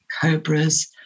cobras